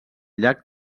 llac